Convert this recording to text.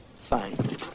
Fine